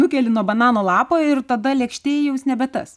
nukeli nuo banano lapo ir tada lėkštėj jau jis nebe tas